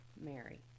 Mary